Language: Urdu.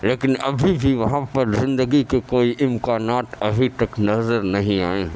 لیکن ابھی بھی وہاں پر زندگی کے کوئی امکانات ابھی تک نظر نہیں آئے ہیں